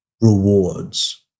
rewards